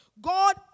God